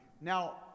Now